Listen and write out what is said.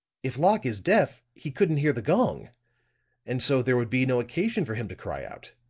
if locke is deaf, he couldn't hear the gong and so there would be no occasion for him to cry out.